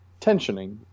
tensioning